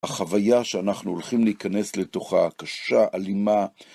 החוויה שאנחנו הולכים להיכנס לתוכה קשה, אלימה.